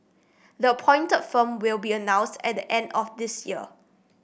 the appointed firm will be announced at the end of this year